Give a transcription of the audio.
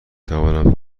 توانم